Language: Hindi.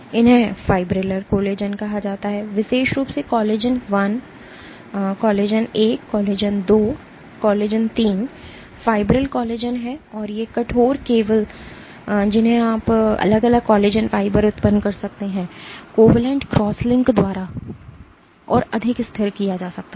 इन्हें फ़िब्रिलर कोलेजन कहा जाता है विशेष रूप से collagen I II III fibril collagen हैं और ये कठोर केबल जिन्हें आप अलग अलग कोलेजन फाइबर उत्पन्न कर सकते हैं कोवलेंट क्रॉसलिंक द्वारा और अधिक स्थिर किया जा सकता है